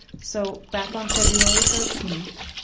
so back on february thirteen,